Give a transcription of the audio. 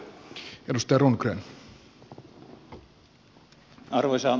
arvoisa puhemies